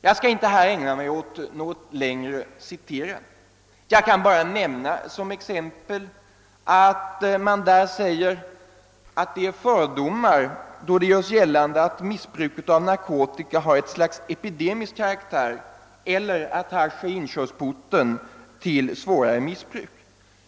Jag skall inte ägna mig åt något längre citerande, utan bara som exempel nämna att det sägs vara en fördom att missbruket av narkotika har ett slags epidemisk karaktär och att hasch är inkörsporten till svårare missbruk.